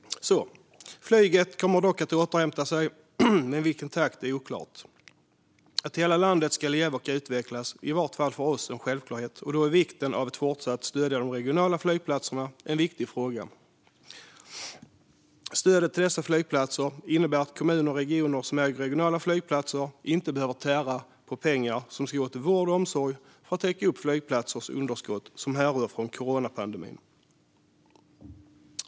Flyget kommer att återhämta sig, men i vilken takt är oklart. Att hela landet ska leva och utvecklas är i vart fall för oss en självklarhet, och då är det viktigt att fortsätta att stödja de regionala flygplatserna. Stödet till dessa flygplatser innebär att de kommuner och regioner som äger regionala flygplatser inte behöver tära på pengar som ska gå till vård och omsorg för att täcka upp flygplatsers underskott som härrör från coronapandemin.